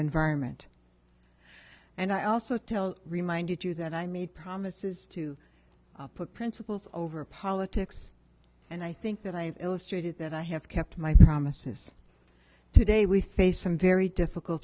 environment and i also tell reminded you that i made promises to put principles over politics and i think that i have illustrated that i have kept my promises today we face some very difficult